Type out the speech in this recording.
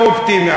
אתה אופטימי.